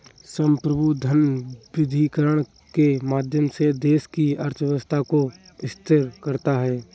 संप्रभु धन विविधीकरण के माध्यम से देश की अर्थव्यवस्था को स्थिर करता है